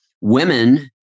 women